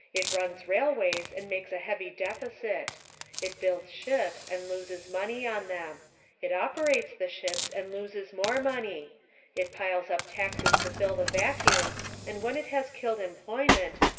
it runs railways and makes a heavy deficit it builds ships and loses money on them it operates the ships and loses more money it piles up taxes to fill the vacuum and when it has killed employment,